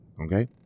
Okay